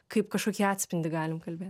kaip kažkokį atspindį galim kalbėt